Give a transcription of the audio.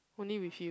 only with you